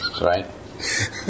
Right